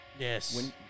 Yes